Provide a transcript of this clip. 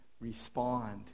respond